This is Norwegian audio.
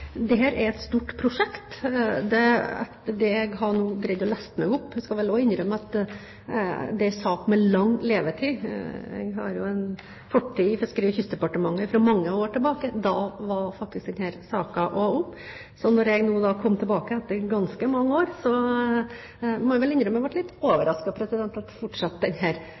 er et stort prosjekt. Jeg har nå greid å lese meg opp. Jeg skal vel også innrømme at det er en sak med lang levetid. Jeg har jo en fortid i Fiskeridepartementet fra mange år tilbake, da var faktisk denne saken også oppe, så da jeg nå kom tilbake etter ganske mange år, må jeg vel innrømme at jeg ble litt overrasket over at den saken fortsatt lå der. Men jeg har da, som sagt, lest meg opp på den,